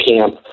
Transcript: Camp